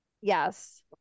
Yes